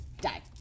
die